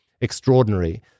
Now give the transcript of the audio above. extraordinary